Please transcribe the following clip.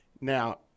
Now